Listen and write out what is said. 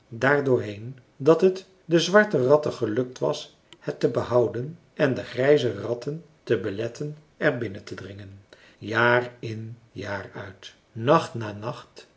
door heen dat het den zwarten ratten gelukt was het te behouden en den grijzen ratten te beletten er binnen te dringen jaar in jaar uit nacht na nacht